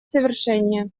совершение